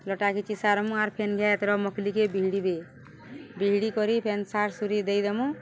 ଲଟା ଘିଛି ସାର୍ମୁ ଆର୍ ଫେନ୍ ଘାଏ ଇଥର ମଖ୍ଲିକେ ବିିହିଡ଼ିବେ ବିହିଡ଼ି କରି ଫେନ୍ ସାର୍ ସୁରି ଦେଇଦେମୁ